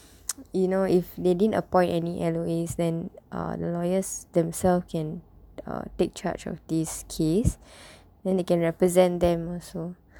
you know if they didn't appoint any elouise then err the lawyers themselves can err take charge of this case then they can represent them also